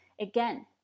Again